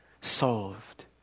solved